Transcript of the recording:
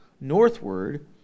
northward